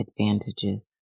advantages